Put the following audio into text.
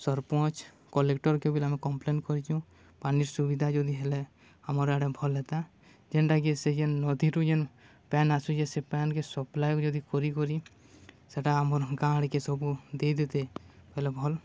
ସର୍ପଞ୍ଚ୍ କଲେକ୍ଟର୍କେ ବି ଆମେ କମ୍ପ୍ଲେନ୍ କରିଚୁଁ ପାନିର୍ ସୁବିଧା ଯଦି ହେଲେ ଆମର୍ ଆଡ଼େ ଭଲ୍ ହେତା ଯେନ୍ଟାକି ସେ ଯେନ୍ ନଦୀରୁ ଯେନ୍ ପାଏନ୍ ଆସୁଚେ ସେ ପାଏନ୍ ସପ୍ଲାଏ ଯଦି କରି କରି ସେଟା ଆମର୍ ଗାଁ ଆଡ଼୍କେ ସବୁ ଦେଇଦେତେ ବଲେ ଭଲ୍ ହେତା